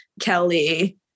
Kelly